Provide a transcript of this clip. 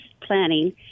planning